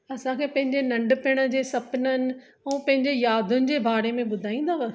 असांखे पंहिंजे नंढपिण जे सपननि ऐं पंहिंजे यादियुनि जे बारे में ॿुधाईंदव